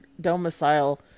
domicile